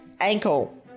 ankle